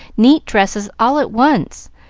neat dresses all at once,